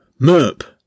Merp